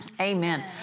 Amen